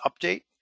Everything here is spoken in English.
update